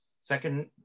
Second